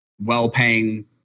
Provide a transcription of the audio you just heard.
well-paying